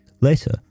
Later